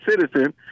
citizen